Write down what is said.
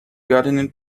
gardener